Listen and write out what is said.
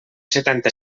setanta